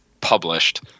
published